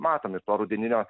matom ir to rudeninio